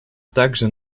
также